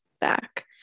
back